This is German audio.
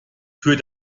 für